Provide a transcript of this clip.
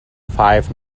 five